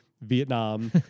Vietnam